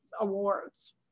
awards